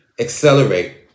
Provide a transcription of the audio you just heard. accelerate